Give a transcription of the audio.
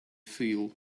feel